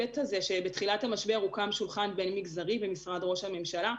בתחילת המשבר הוקם שולחן בין מגזרי במשרד ראש ממשלה,